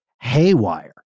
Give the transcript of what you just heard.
haywire